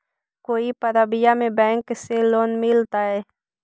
कोई परबिया में बैंक से लोन मिलतय?